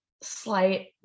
slight